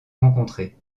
rencontrer